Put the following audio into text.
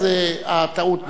אז הטעות נפלה.